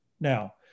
Now